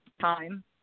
time